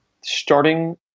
starting